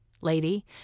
lady